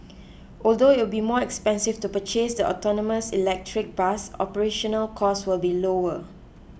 although it will be more expensive to purchase the autonomous electric bus operational costs will be lower